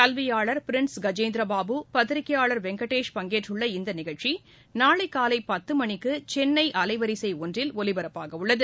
கல்வியாளர் பிரின்ஸ் கஜேந்திரபாபு பத்திரிகையாளர் வெங்கடேஷ் பங்கேற்றுள்ள இந்தநிகழ்ச்சி நாளைகாலைபத்தமணிக்குசென்னைஅலைவரிசைஒன்றில் ஒலிபரப்பாகவுள்ளது